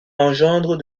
engendre